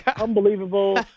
unbelievable